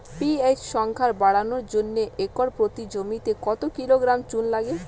PH সংখ্যা বাড়ানোর জন্য একর প্রতি জমিতে কত কিলোগ্রাম চুন লাগে?